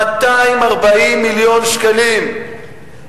240 מיליון שקלים,